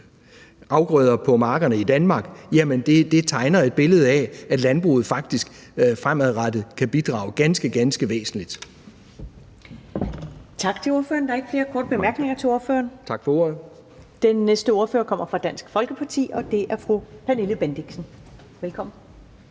afgrøder på markerne i Danmark, tegner et billede af, at landbruget fremadrettet kan bidrage ganske, ganske væsentligt. Kl. 12:15 Første næstformand (Karen Ellemann): Tak til ordføreren. Der er ikke flere korte bemærkninger til ordføreren. Den næste ordfører kommer fra Dansk Folkeparti, og det er fru Pernille Bendixen. Velkommen.